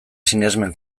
sinesmen